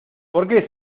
porque